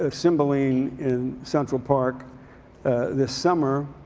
ah cymbeline, in central park this summer.